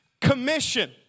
Commission